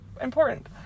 important